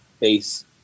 base